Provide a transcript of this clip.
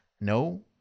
No